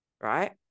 Right